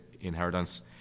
inheritance